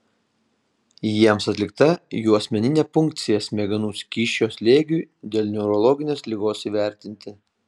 jiems atlikta juosmeninė punkcija smegenų skysčio slėgiui dėl neurologinės ligos įvertinti